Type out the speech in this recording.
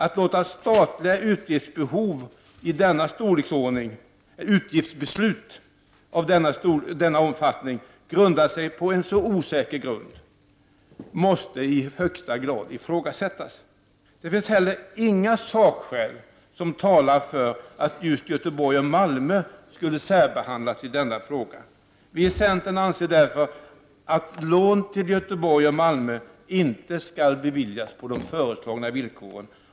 Att låta statliga utgiftsbeslut av denna omfattning vila på en så osäker grund måste i högsta grad ifrågasättas. Det finns inte heller några sakskäl som talar för att just Göteborg och Malmö skulle särbehandlas i detta sammanhang. Vi i centern anser därför att lån till Göteborg och Malmö inte skall beviljas på föreslagna villkor.